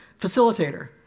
facilitator